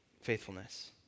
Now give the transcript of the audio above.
faithfulness